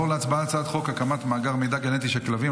להצבעה על הצעת חוק הקמת מאגר מידע גנטי של כלבים,